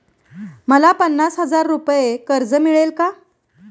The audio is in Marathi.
मला पन्नास हजार रुपये कर्ज मिळेल का?